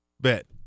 Bet